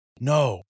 no